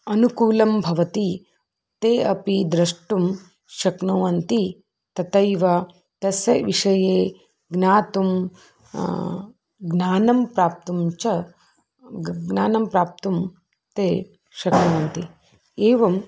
अनुकूलं भवति ते अपि द्रष्टुं शक्नुवन्ति तथैव तस्य विषये ज्ञातुं ज्ञानं प्राप्तुं च ज्ञानं प्राप्तुं ते शक्नुवन्ति एवं